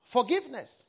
Forgiveness